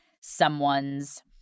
someone's